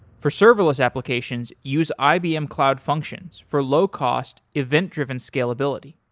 for serverless applications, use ibm cloud functions for low-cost, event-driven scalability.